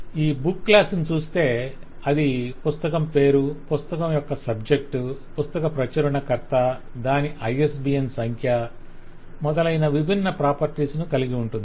ఈ book class ని చూస్తే అది పుస్తకం పేరు పుస్తకం యొక్క సబ్జెక్టు పుస్తక ప్రచురణకర్త దాని ISBN సంఖ్య మొదలైన విభిన్న ప్రాపర్టీస్ ను కలిగి ఉంది